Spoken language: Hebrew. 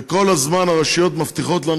כל הזמן הרשויות מבטיחות לנו